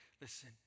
Listen